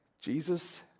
Jesus